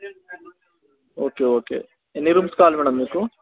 okay okay ఎన్ని rooms కావాలి madam మీకు